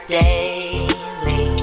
daily